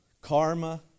karma